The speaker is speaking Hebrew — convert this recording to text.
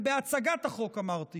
ובהצגת החוק אמרתי